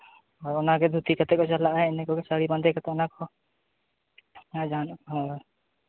ᱦᱳᱭ ᱚᱱᱟᱜᱮ ᱫᱷᱩᱛᱤ ᱠᱟᱛᱮ ᱠᱚ ᱪᱟᱞᱟᱜᱼᱟ ᱤᱱᱟᱹ ᱠᱚᱜᱮ ᱥᱟᱹᱲᱤ ᱵᱟᱸᱫᱮ ᱠᱟᱛᱮ ᱚᱱᱟ ᱠᱚ ᱦᱮᱸ ᱡᱟᱦᱟᱸ ᱱᱟᱜ ᱦᱳᱭ